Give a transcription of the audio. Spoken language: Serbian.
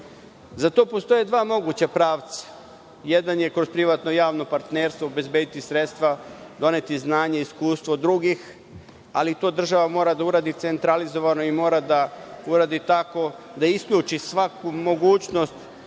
Za to postoje dva moguća pravca – jedan je kroz privatno-javno partnerstvo obezbediti sredstva, doneti znanje, iskustvo drugih, ali to država mora da uradi centralizovano i mora da uradi tako da isključi svaku mogućnost